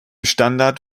standard